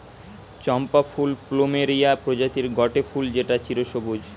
চম্পা ফুল প্লুমেরিয়া প্রজাতির গটে ফুল যেটা চিরসবুজ